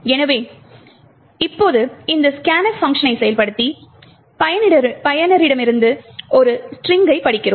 எனவே இப்போது இந்த scanf பங்க்ஷனை செயல்படுத்தி பயனரிடமிருந்து ஒரு ஸ்ட்ரிங்கை படிக்கிறோம்